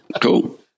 cool